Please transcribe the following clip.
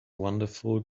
wonderful